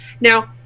now